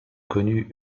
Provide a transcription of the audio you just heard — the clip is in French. connu